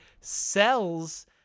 sells